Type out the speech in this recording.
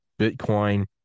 Bitcoin